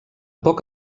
poc